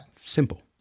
simple